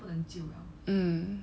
um